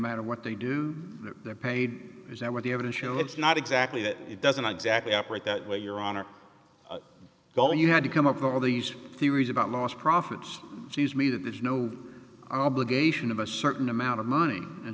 matter what they do they're paid is that what the evidence show it's not exactly that it doesn't exactly operate that way your honor well you had to come up with all these theories about lost profits sees me that there's no obligation of a certain amount of money and